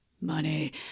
money